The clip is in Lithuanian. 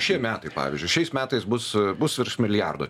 šie metai pavyzdžiui šiais metais bus bus virš milijardo